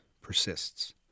persists